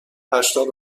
هشتاد